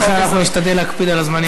לכן אנחנו נשתדל להקפיד על הזמנים.